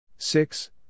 Six